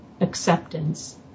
acceptance